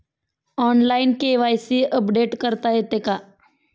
Online KYC update करता येते का?